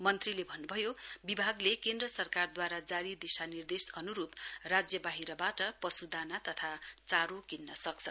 मन्त्रीले भन्नुभयो विभागले केन्द्र सरकारद्वारा जारी दिशानिर्देश अनुरूप राज्य बाहिरबाट पशुहरूको दाना तथा चारो किन्न सक्छ